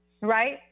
Right